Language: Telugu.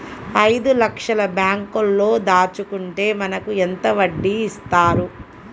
ఐదు లక్షల బ్యాంక్లో దాచుకుంటే మనకు ఎంత వడ్డీ ఇస్తారు?